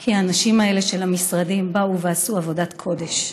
כי האנשים האלה של המשרדים באו ועשו עבודת קודש.